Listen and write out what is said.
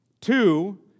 Two